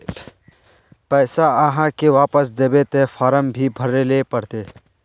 पैसा आहाँ के वापस दबे ते फारम भी भरें ले पड़ते?